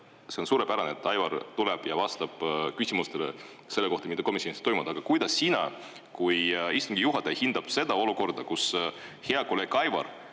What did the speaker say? see on suurepärane, et Aivar tuleb ja vastab küsimustele selle kohta, mida komisjonis ei toimunud. Aga kuidas sina kui istungi juhataja hindad seda olukorda, kus hea kolleeg Aivar,